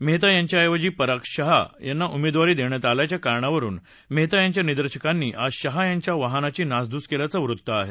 मेहता यांच्याऐवजी पराग शहा यांना उमेदवारी देण्यात आल्याच्या कारणावरून मेहता यांच्या निदर्शकांनी आज शहा यांच्या वाहनाची नासधुस केल्याचं वृत्त आहे